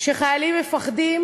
שחיילים מפחדים,